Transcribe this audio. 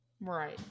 Right